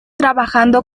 trabajando